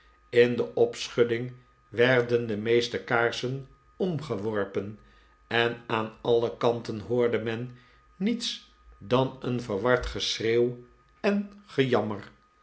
in de opschudding werden de meeste kaarsen omgeworpen en aan alle kanten hoorde men niets dan een verward geschreeuw en gejammer